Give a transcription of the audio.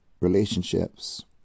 relationships